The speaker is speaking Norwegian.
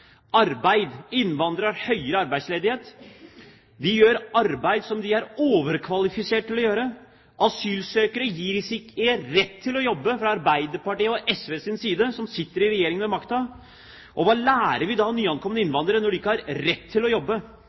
arbeid, er det blant innvandrere en høyere arbeidsledighet enn ellers. De gjør arbeid som de er overkvalifiserte til å gjøre. Asylsøkere gis ikke rett til å jobbe fra Arbeiderpartiets og SVs side, som sitter i Regjeringen med makten. Hva lærer vi da nyankomne innvandrere når de ikke har rett til